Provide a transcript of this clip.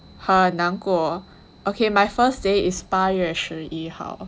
好难过 okay my first day is 八月十一号